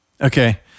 Okay